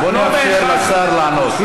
למה לא?